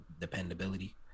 dependability